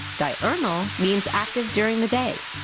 diurnal means active during the day.